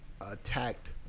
attacked